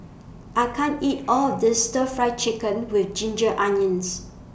I can't eat All of This Stir Fry Chicken with Ginger Onions